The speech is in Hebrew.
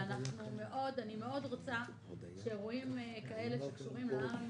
ואני רוצה מאוד שאירועים כאלה שקשורים לעם